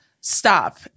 Stop